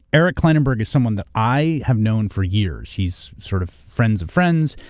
eric klinenberg is someone that i have known for years. he's sort of friends of friends.